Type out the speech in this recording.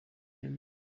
him